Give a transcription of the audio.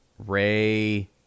ray